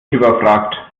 überfragt